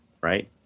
right